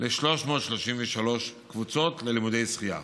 333 קבוצות ללימודי שחייה.